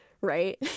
right